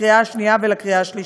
לקריאה שנייה ולקריאה שלישית.